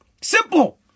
Simple